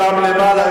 שם למעלה,